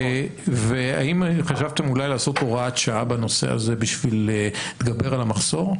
האם חשבתם לעשות אולי הוראת שעה בנושא הזה בשביל להתגבר על המחסור?